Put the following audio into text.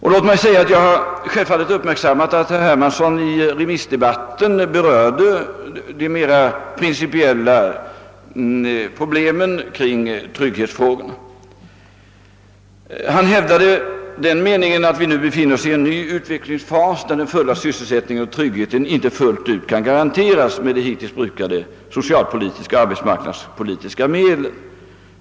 Självfallet har jag för min del uppmärksammat att herr Hermansson i remissdebatten berörde de mera principiella aspekterna på trygghetsfrågorna. Han hävdade därvid den meningen, att det inträtt en ny utvecklingsfas, där den fulla sysselsättningen och tryggheten inte fullt ut kan garanteras med hjälp av de hittills brukade socialpolitiska och arbetsmarknadspolitiska medlen.